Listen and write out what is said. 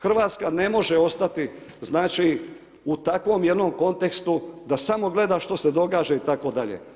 Hrvatska ne može ostati, znači u takvom jednom kontekstu, da samo gleda što se događa itd.